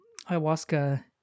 ayahuasca